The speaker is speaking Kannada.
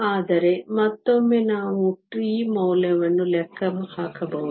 ಆದ್ದರಿಂದ ಮತ್ತೊಮ್ಮೆ ನಾವು τ ಮೌಲ್ಯವನ್ನು ಲೆಕ್ಕ ಹಾಕಬಹುದು